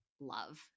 love